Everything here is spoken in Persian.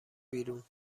بیرون